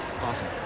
Awesome